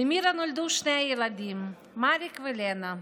למירה נולדו שני ילדים, מאריק ולנה.